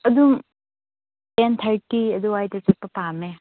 ꯑꯗꯨꯝ ten thirty ꯑꯗꯨꯋꯥꯏꯗ ꯆꯠꯄ ꯄꯥꯝꯃꯦ